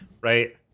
right